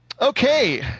Okay